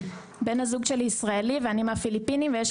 בן הזוג שלי ישראלי ואני מהפיליפינים ויש